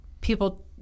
people